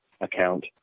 account